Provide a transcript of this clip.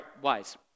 Wise